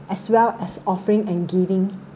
as well as offering and giving